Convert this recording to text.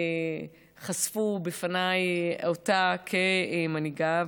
חשפו בפניי אותה כמנהיגה,